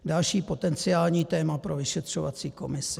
Další potenciální téma pro vyšetřovací komisi.